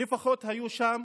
היו שם